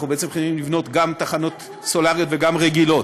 אנחנו בעצם מתכננים לבנות גם תחנות סולריות וגם רגילות.